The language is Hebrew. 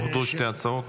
אוחדו שתי הצעות.